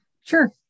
Sure